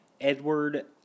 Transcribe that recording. Edward